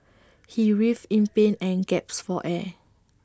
he writhed in pain and gasped for air